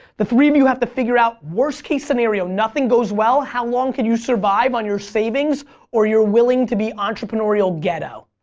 the three of you have to figure out worst-case scenario nothing goes well how long can you survive on your savings or you're willing to be entrepreneurial ghetto.